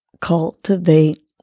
cultivate